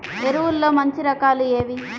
ఎరువుల్లో మంచి రకాలు ఏవి?